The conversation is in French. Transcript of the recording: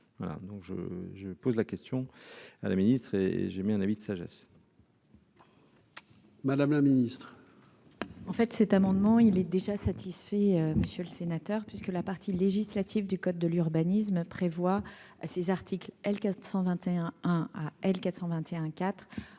je pose la question à la ministre et j'ai mis un avis de sagesse. Madame la Ministre. En fait, cet amendement, il est déjà satisfait monsieur le sénateur, puisque la partie législative du code de l'urbanisme prévoient à ces articles L. 421